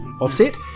offset